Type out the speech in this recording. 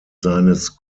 seines